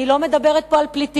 אני לא מדברת פה על פליטים.